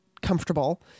comfortable